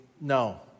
no